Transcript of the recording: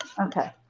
Okay